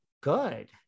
good